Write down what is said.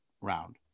round